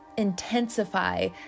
intensify